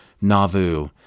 Nauvoo